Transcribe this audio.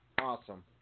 Awesome